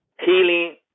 healing